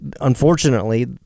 unfortunately